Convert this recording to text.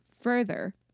further